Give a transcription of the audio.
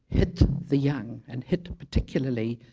hit the young and hit particularly,